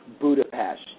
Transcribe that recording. Budapest